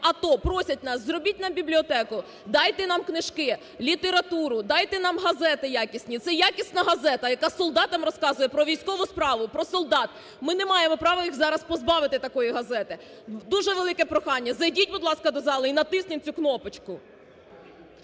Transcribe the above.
АТО просять нас: "Зробіть нам бібліотеку, дайте нам книжки, літературу, дайте нам газети якісні". Це якісна газета, яка солдатам розказує про військову справу, про солдат. Ми не маємо права їх зараз позбавити такої газети. Дуже велике прохання: зайдіть, будь ласка, до зали і натисніть цю кнопочку!